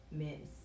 mints